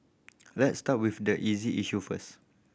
let's start with the easy issue first